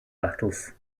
battles